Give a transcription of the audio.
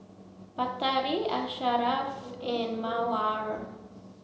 Batari Asharaff and Mawar